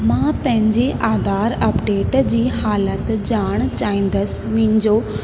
मां पंहिंजे आधार अपडेट जी हालत जाण चाईंदसि मुंहिंजो